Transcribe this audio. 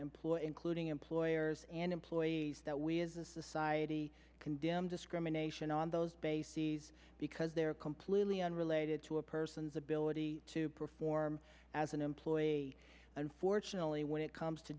employer including employers and employees that we as a society condemn discrimination on those bases because they're completely unrelated to a person's ability to perform as an employee unfortunately when it comes to